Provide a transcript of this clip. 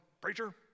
preacher